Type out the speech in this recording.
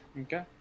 Okay